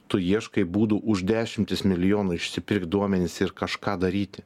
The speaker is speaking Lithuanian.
tu ieškai būdų už dešimtis milijonų išsipirkt duomenis ir kažką daryti